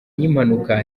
y’impanuka